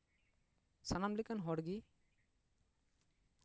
ᱥᱟᱱᱟᱢ ᱞᱮᱠᱟᱱ ᱦᱚᱲ ᱜᱮ